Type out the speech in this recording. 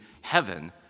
heaven